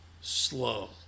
slow